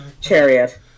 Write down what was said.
chariot